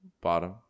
bottom